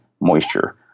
moisture